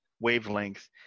wavelength